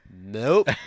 Nope